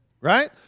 right